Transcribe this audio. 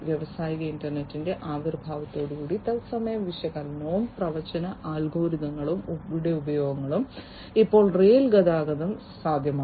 വ്യാവസായിക ഇന്റർനെറ്റിന്റെ ആവിർഭാവത്തോടെ തത്സമയ വിശകലനവും പ്രവചന അൽഗോരിതങ്ങളുടെ പ്രയോഗവും ഇപ്പോൾ റെയിൽ ഗതാഗതം സാധ്യമാണ്